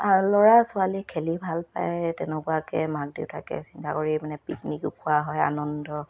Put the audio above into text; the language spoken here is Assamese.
ল'ৰা ছোৱালী খেলি ভাল পায় তেনেকুৱাকে মাক দেউতাকে চিন্তা কৰি মানে পিকনিক খোৱা হয় আনন্দ